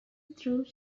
through